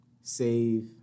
save